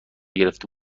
گرفته